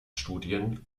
studien